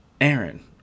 Aaron